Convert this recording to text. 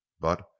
But